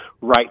right